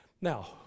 Now